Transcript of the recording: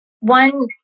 One